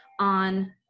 on